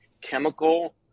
chemical